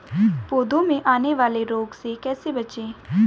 पौधों में आने वाले रोग से कैसे बचें?